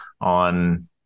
on